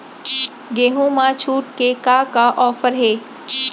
गेहूँ मा छूट के का का ऑफ़र हे?